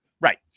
right